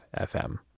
FM